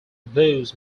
blues